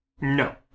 No